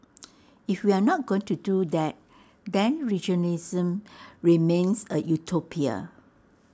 if we are not going to do that then regionalism remains A utopia